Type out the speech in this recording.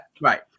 Right